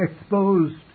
exposed